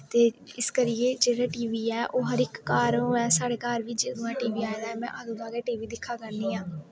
ते इस करियै जेह्ड़ा टीवी ऐ हर इक घर होऐ साढ़ै घर बी जदूं दा बी आए दा ऐ में अदूं दा गै टी बी दिक्खा करनी आं